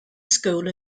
school